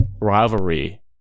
rivalry